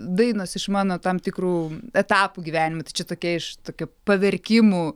dainos išmano tam tikrų etapų gyvenime tai čia tokia iš tokių paverkimų